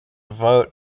vote